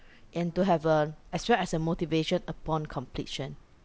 and to have a extra as a motivation upon completion